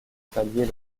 palier